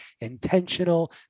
intentional